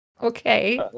Okay